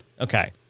Okay